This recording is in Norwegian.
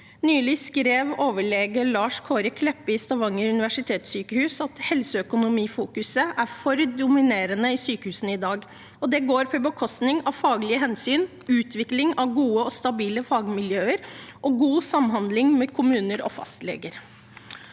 Nylig skrev overlege Lars Kåre Kleppe ved Stavanger universitetssykehus at helseøkonomifokuset er for dominerende i sykehusene i dag. Det går på bekostning av faglige hensyn, utvikling av gode og stabile fagmiljøer og god samhandling med kommuner og fastleger.